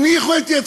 למה אתה מזלזל?